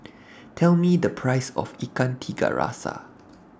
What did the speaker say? Tell Me The Price of Ikan Tiga Rasa